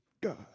God